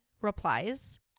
replies